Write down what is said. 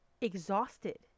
exhausted